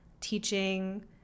teaching